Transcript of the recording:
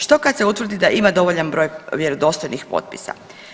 Što kad se utvrdi da ima dovoljan broj vjerodostojnih potpisa?